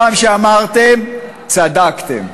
כל פעם שאמרתם, צדקתם.